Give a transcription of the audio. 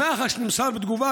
ממח"ש נמסר בתגובה,